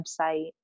website